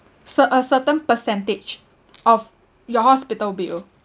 cer~ a certain percentage of your hospital bill